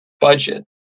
budget